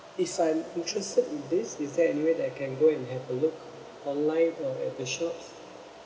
if I'm interested in this is there anywhere that I can go and have a look online or at the shops